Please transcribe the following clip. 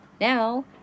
Now